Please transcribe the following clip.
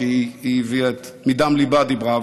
כי היא מדם ליבה דיברה.